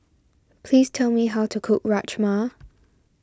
please tell me how to cook Rajma